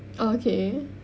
okay